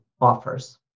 offers